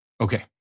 Okay